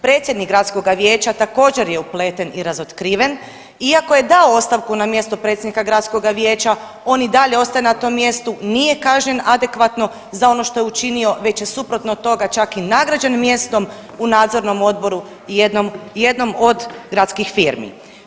Predsjednik gradskoga vijeća također je upleten i razotkriven iako je dao ostavku na mjesto predsjednika gradskoga vijeća, on i dalje ostaje na tom mjestu, nije kažnjen adekvatno za ono što je učinio već je suprotno od toga čak i nagrađen mjestom u nadzornom odboru i jednom, jednom od gradskih firmi.